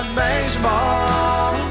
baseball